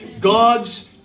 God's